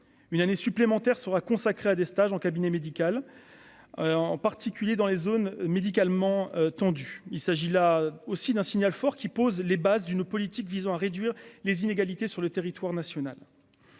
une année supplémentaire sera consacrée à des stages en cabinet médical, en particulier dans les zones médicalement tendu, il s'agit là aussi d'un signal fort qui pose les bases d'une politique visant à réduire les inégalités sur le territoire national,